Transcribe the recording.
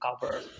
cover